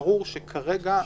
ברור שכרגע,